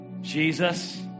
Jesus